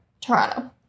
Toronto